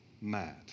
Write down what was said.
mad